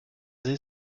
basée